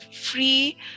free